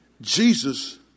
Jesus